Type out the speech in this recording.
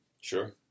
sure